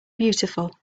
beautiful